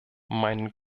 meinen